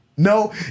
No